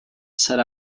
said